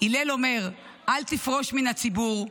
"הלל אומר: אל תפרוש מן הציבור,